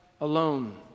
alone